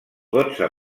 dotze